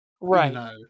Right